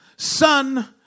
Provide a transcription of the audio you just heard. Son